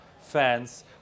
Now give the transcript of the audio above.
fans